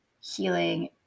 healing